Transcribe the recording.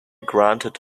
granted